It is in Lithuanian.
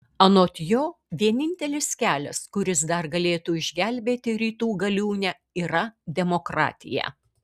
anot jo vienintelis kelias kuris dar galėtų išgelbėti rytų galiūnę yra demokratija